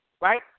right